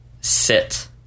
Sit